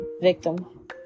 victim